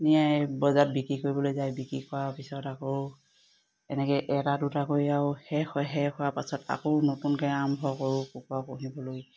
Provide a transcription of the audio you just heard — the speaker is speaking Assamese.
নিয়াই বজাৰত বিক্ৰী কৰিবলৈ যায় বিক্ৰী কৰাৰ পিছত আকৌ এনেকে এটা দুটা কৰি আৰু শেষ হয় শেষ হোৱাৰ পাছত আকৌ নতুনকে আৰম্ভ কৰোঁ কুকুৰা পুহিবলৈ